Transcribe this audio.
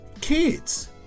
kids